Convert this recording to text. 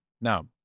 Now